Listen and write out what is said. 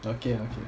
okay okay